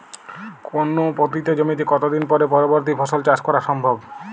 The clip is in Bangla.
কোনো পতিত জমিতে কত দিন পরে পরবর্তী ফসল চাষ করা সম্ভব?